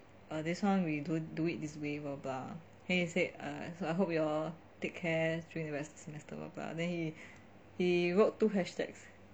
this one we do it this way while blah blah then he said I hope you all take care during the rest of the semester blah blah then he wrote two hashtags